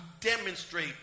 demonstrate